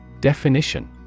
Definition